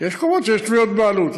יש מקומות שיש תביעות בעלות,